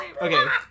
Okay